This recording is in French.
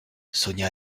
sonia